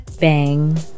Bang